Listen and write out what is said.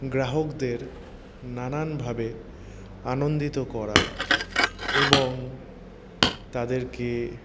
গ্রাহকদের নানানভাবে আনন্দিত করা এবং তাদেরকে